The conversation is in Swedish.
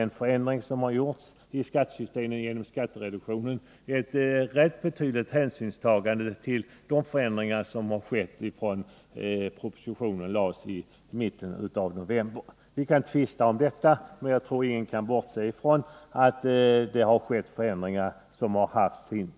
När det gäller skattereduktionen har man tagit en ganska betydande hänsyn till de förändringar som har skett sedan propositionen i höstas lades fram. Vi kan tvista om hur det förhåller sig i det avseendet, men jag tror inte att någon kan bortse från det faktum att betydelsefulla förändringar har skett.